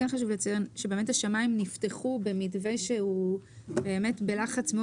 חשוב לי לציין שהשמיים נפתחו במתווה של לחץ מאוד